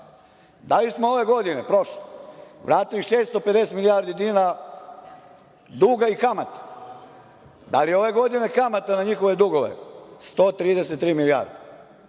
Da li smo ove godine, prošle, vratili 650 milijardi dinara duga i kamate? Da li je ove godina kamata, na njihove dugove, 133 milijarde?